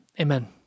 Amen